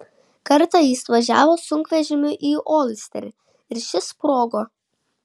kartą jis važiavo sunkvežimiu į olsterį ir šis sprogo